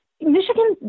Michigan